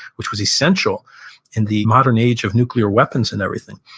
which was essential in the modern age of nuclear weapons and everything,